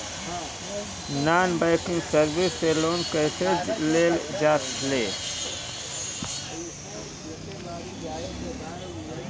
Non banking service से loan कैसे लेल जा ले?